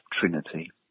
trinity